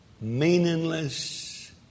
meaningless